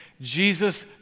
Jesus